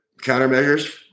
countermeasures